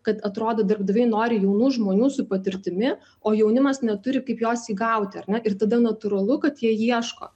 kad atrodo darbdaviai nori jaunų žmonių su patirtimi o jaunimas neturi kaip jos įgauti ar ne ir tada natūralu kad jie ieško